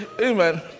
Amen